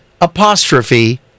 apostrophe